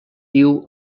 viu